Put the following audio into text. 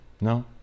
No